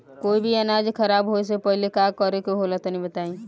कोई भी अनाज खराब होए से पहले का करेके होला तनी बताई?